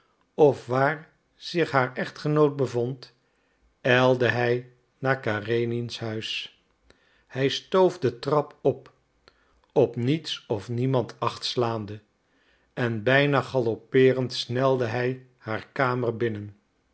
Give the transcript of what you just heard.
of waar zich haar echtgenoot bevond ijlde hij naar karenins huis hij stoof de trap op op niets of niemand acht slaande en bijna galoppeerend snelde hij haar kamer binnen